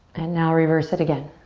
and now reverse it again.